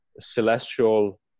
celestial